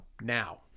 now